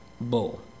bull